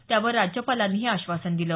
त्यावर राज्यपालांनी हे आश्वासन दिलं